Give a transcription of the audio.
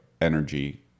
energy